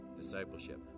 discipleship